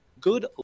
Good